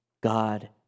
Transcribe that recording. God